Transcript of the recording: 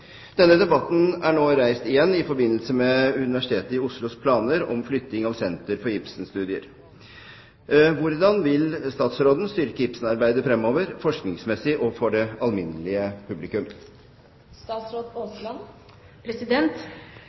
Denne debatten er nå reist i forbindelse med UiOs planer om flytting av Senter for Ibsen-studier. Hvordan vil statsråden styrke Ibsen-arbeidet fremover, forskningsmessig og for det alminnelige